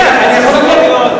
סיגריות, אגרת טלוויזיה.